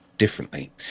Differently